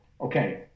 okay